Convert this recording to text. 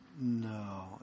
no